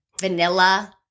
vanilla